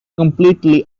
completely